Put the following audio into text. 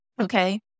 Okay